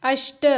अष्ट